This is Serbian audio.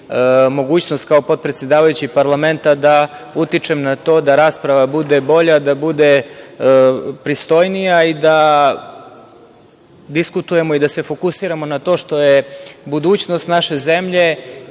i mogućnost, kao potpresedavajući parlamenta da utičem na to da rasprava bude bolja, da bude pristojnija i da diskutujemo i fokusiramo na to što je budućnost naše zemlje